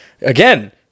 Again-